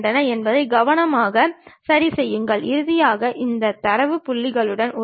profile தளத்தில் அதனுடைய தளத்தை பெற்று அந்த தளத்தை 90 டிகிரி சுற்ற வேண்டும்